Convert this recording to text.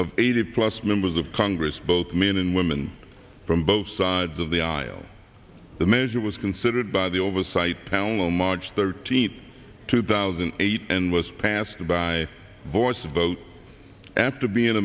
of eighty plus members of congress both men and women from both sides of the aisle the measure was considered by the oversight panel on march thirteenth two thousand and eight and was passed by voice vote after being